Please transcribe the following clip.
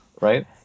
right